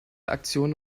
aktion